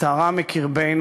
את הרע מקרבנו,